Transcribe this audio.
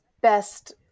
best